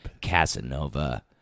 casanova